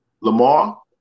Lamar